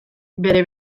bere